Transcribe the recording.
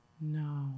No